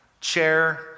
chair